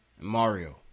Mario